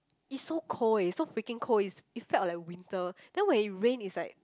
it's so cold eh it's so freaking cold it's it felt like winter then when it rain it's like